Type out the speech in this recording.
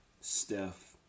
Steph